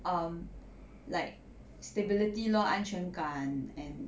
um like stability lor 安全感 and